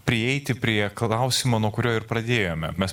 prieiti prie klausimo nuo kurio ir pradėjome mes